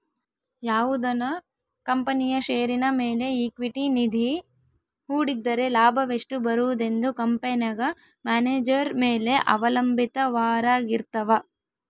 ಯಾವುದನ ಕಂಪನಿಯ ಷೇರಿನ ಮೇಲೆ ಈಕ್ವಿಟಿ ನಿಧಿ ಹೂಡಿದ್ದರೆ ಲಾಭವೆಷ್ಟು ಬರುವುದೆಂದು ಕಂಪೆನೆಗ ಮ್ಯಾನೇಜರ್ ಮೇಲೆ ಅವಲಂಭಿತವಾರಗಿರ್ತವ